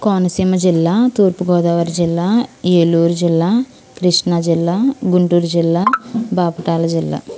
కోనసీమ జిల్లా తూర్పుగోదావరి జిల్లా ఏలూరు జిల్లా కృష్ణా జిల్లా గుంటూరు జిల్లా బాపుటాల జిల్లా